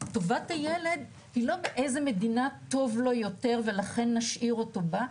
טובת הילד היא לא באיזו מדינה טוב לו יותר ולכן נשאיר אותו בה,